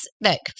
look